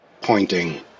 pointing